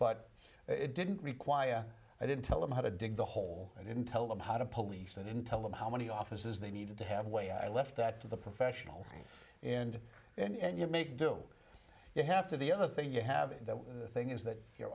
but it didn't require i didn't tell them how to dig the hole i didn't tell them how to police and tell them how many offices they needed to have way i left that to the professionals and and you make do you have to the other thing you have it the thing is that your